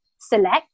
select